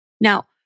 Now